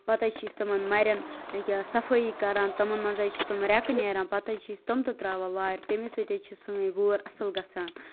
پتہ حظ چھِ أسۍ تِمَن مَریٚن أکیاہ صَفٲیی کران تمن مَنٛز حظ چھِ تِم ریٚکہٕ نیران پتہٕ حظ چھِ أسۍ تِم تہ تراوان وارِ تمے سۭتۍ حظ چھِ سٲنٛۍ وٲرۍ اصل گَژھان